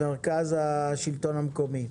מרכז השלטון המקומי.